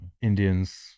Indians